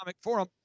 Forum